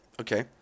Okay